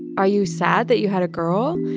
are you sad that you had a girl?